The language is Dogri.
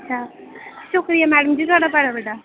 आ शुक्रिया मैडम जी थुआढ़ा बहोत बड़ा बड्डा